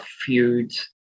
feuds